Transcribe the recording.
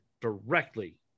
directly